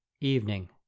evening